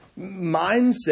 mindset